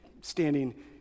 standing